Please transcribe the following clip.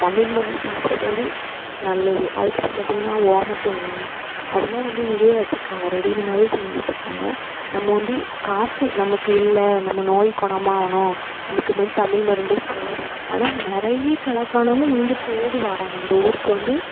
தமிழ் மருந்து சாப்பிட்றது வந்து நல்லது அதுக்கப்புறம் பார்த்தீங்கன்னா ஓமத்தண்ணிர் அதெலாம் வந்து இங்கேயே வச்சிருக்காங்க ரெடிமேடாகவே செஞ்சு வச்சிருக்காங்க நம்ம வந்து காசும் நமக்கு இல்லை நம்ம நோய் குணமாவணும் நமக்கு இந்த தமிழ் மருந்தே போதும் ஆனால் நிறைய கணக்கானவங்கள் இங்கே தேடி வராங்கள் இந்த ஊருக்கு வந்து